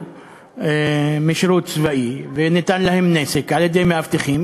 משירות צבאי וניתן להם נשק כמאבטחים,